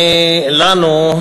לנו,